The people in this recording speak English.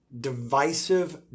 divisive